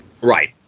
Right